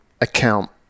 account